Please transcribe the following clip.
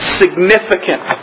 significant